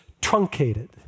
truncated